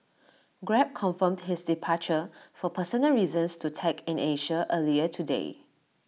grab confirmed his departure for personal reasons to tech in Asia earlier today